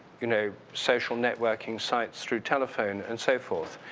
you know, social networking sites, through telephone, and so forth.